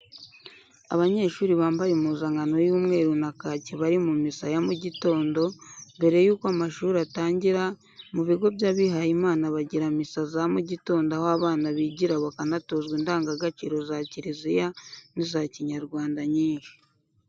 Abanyeshuri bambaye impuzankano y'umweru na kaki bari mu misa ya mu gitondo mbere yuko amashuri atangira, mu bigo by'abihayimana bagira misa za mu gitondo aho abana bigira bakanatozwa indanga gaciro za kiriziya ni za kinyarwanda nyinshi.